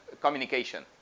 communication